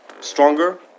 stronger